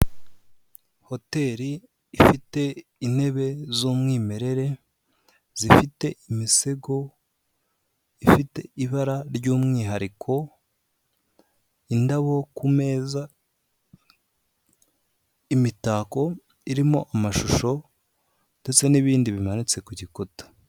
Hoteri ifite intebe z'umwimerere zifite imisego ifite ibara ry'umwihariko indabo kumeza imitako irimo amashusho ndetse n'ibindi bimanitse ku gikuta.